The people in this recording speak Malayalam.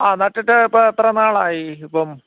ആ നട്ടിട്ട് ഇപ്പോൾ എത്രനാളായി ഇപ്പം